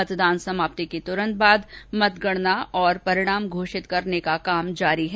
मतदान समाप्ति के तूरंत बाद मतगणना और परिणाम घोषित करने का काम जारी है